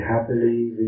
happily